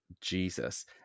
Jesus